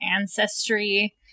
ancestry